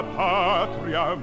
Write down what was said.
patria